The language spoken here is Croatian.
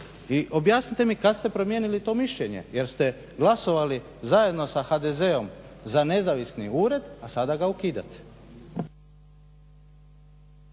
I objasnite mi kad ste promijenili to mišljenje, jer ste glasovali zajedno sa HDZ-om za nezavisni ured, a sada ga ukidate.